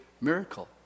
miracle